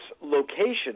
location